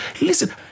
Listen